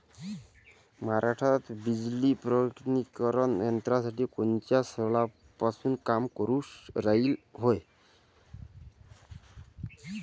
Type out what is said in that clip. महाराष्ट्रात बीज प्रमानीकरण यंत्रना कोनच्या सालापासून काम करुन रायली हाये?